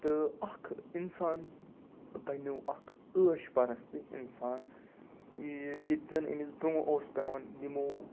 تہٕ اکھ اِنسان بَنیو اکھ عٲش پَرستہٕ اِنسان یہِ ییٚتہِ زَن أمِس برٛونٛہہ اوس پٮ۪وان یِمو